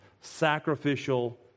sacrificial